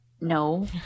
No